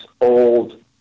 old